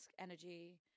energy